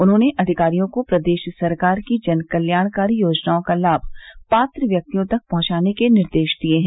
उन्होंने अधिकारियों को प्रदेश सरकार की जन कल्याणकारी योजनाओं का लाभ पात्र व्यक्तियों तक पहंचाने के निर्देश दिए हैं